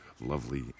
Lovely